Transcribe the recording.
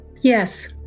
Yes